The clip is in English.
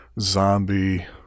zombie